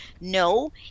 No